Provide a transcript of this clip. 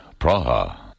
Praha